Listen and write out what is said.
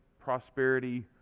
prosperity